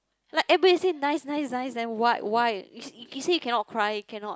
like everybody say nice nice nice then what what why he say cannot cry cannot